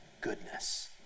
goodness